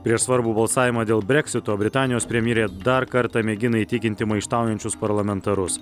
prieš svarbų balsavimą dėl breksito britanijos premjerė dar kartą mėgina įtikinti maištaujančius parlamentarus